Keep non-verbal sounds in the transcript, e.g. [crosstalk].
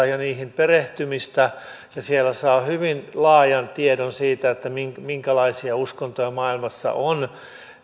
[unintelligible] ja niihin perehtymistä ja siellä saa hyvin laajan tiedon siitä minkälaisia uskontoja maailmassa on